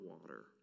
water